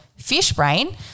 Fishbrain